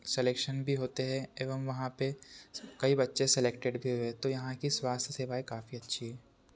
selection भी होते हैं एवं वहाँ पर कई बच्चे सेलेक्टेड भी हुए तो यहाँ की स्वास्थ्य सेवाएँ काफी अच्छी हैं